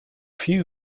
few